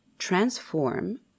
transform